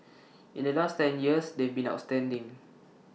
in the last ten years they've been outstanding